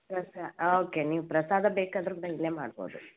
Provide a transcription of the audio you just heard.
ವ್ಯವಸ್ಥೆ ಓಕೆ ನೀವು ಪ್ರಸಾದ ಬೇಕಾದರೂ ಕೂಡ ಇಲ್ಲೆ ಮಾಡ್ಬಹುದು